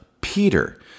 Peter